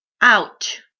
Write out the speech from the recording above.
out